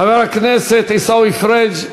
חבר הכנסת עיסאווי פריג',